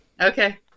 Okay